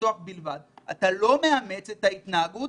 ולפתוח בלבד אתה לא מאמץ את ההתנהגות